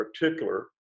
particular